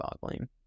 boggling